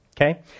Okay